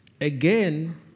again